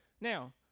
Now